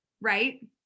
Right